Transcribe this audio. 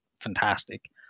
fantastic